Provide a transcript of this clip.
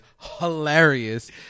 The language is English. hilarious